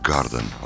Garden